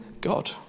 God